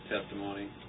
testimony